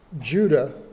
Judah